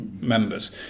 members